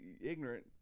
ignorant